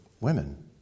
women